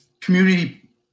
community